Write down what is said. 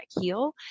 Heal